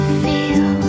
feel